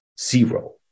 zero